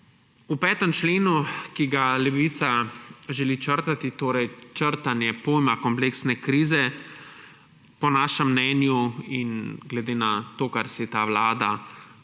v 5. členu, ki ga Levica želi črtati, torej črtanje pojma kompleksne krize, po našem mnenju in glede na to, kar si ta vlada dovoli